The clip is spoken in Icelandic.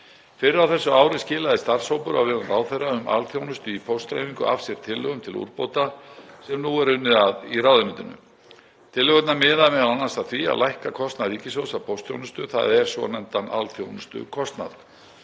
Fyrr á þessu ári skilaði starfshópur á vegum ráðherra um alþjónustu í póstdreifingu af sér tillögum til úrbóta sem nú er unnið að í ráðuneytinu. Tillögurnar miða m.a. að því að lækka kostnað ríkissjóðs af póstþjónustu, þ.e. svonefndan alþjónustukostnað.